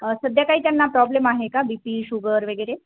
सध्या काही त्यांना प्रॉब्लेम आहे का बी पी शुगर वगैरे